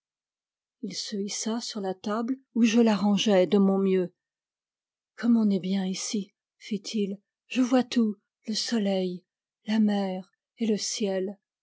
il se hissa sur la table où je l'arrangeai de mon mieux comme on est bien ici fit-il je vois tout le soleil la mer et le ciel